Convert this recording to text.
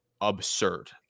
absurd